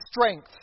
strength